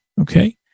Okay